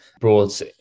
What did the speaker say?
Brought